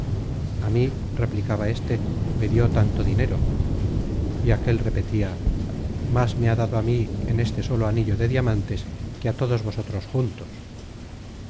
a mí replicaba éste me dió tanto dinero y aquel repetia más me ha dado á mí en este solo anillo de diamantes que a todos vosotros juntos